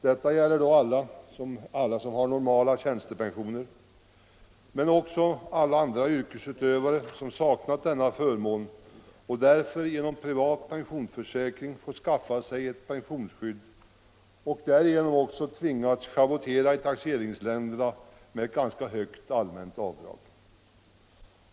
Detta gäller då alla med normala tjänstepensioner, men också alla andra yrkesutövare som saknat denna förmån och därför genom privat pensionsförsäkring fått skaffa sig ett pensionsskydd samt därigenom tvingats schavottera i taxeringslängderna med ett högt allmänt avdrag.